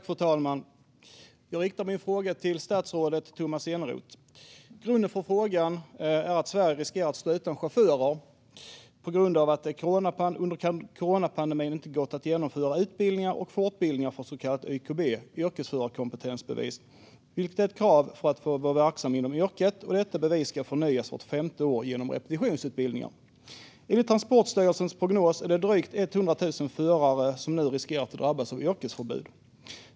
Fru talman! Jag riktar min fråga till statsrådet Tomas Eneroth. Sverige riskerar att stå utan chaufförer på grund av att det under coronapandemin inte har gått att genomföra utbildningar och fortbildningar för så kallat YKB, yrkesförarkompetensbevis, vilket är ett krav för att få vara verksam inom yrket. Detta bevis ska förnyas vart femte år genom repetitionsutbildningar. Enligt Transportstyrelsens prognos riskerar nu drygt 100 000 förare att drabbas av yrkesförbud.